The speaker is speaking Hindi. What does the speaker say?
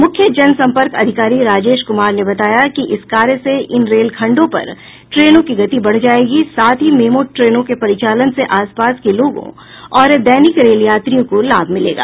मुख्य जनसपंर्क अधिकारी राजेश कुमार ने बताया कि इस कार्य से इन रेलखंडों पर ट्रेनों की गति बढ़ जायेगी साथ ही मेमो ट्रेनों के परिचालन से आसपास के लोगों और दैनिक रेल यात्रियों को लाभ मिलेगा